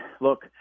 look